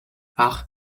ach